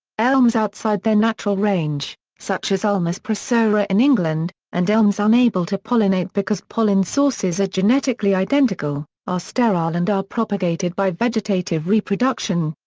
elms outside their natural range, such as ulmus procera in england, and elms unable to pollinate because pollen-sources are genetically identical, are sterile and are propagated by vegetative reproduction.